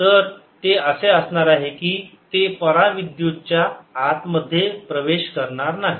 तर ते असे असणार आहे की ते परा विद्युत च्या आत मध्ये प्रवेश करणार नाही